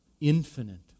infinite